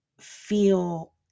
feel